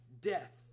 death